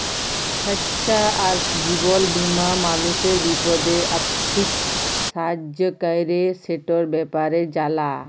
স্বাইস্থ্য আর জীবল বীমা মালুসের বিপদে আথ্থিক সাহায্য ক্যরে, সেটর ব্যাপারে জালা